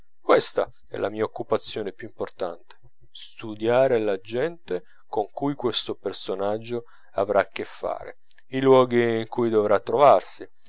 questa è la mia occupazione più importante studiare la gente con cui questo personaggio avrà che fare i luoghi in cui dovrà trovarsi